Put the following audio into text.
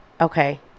Okay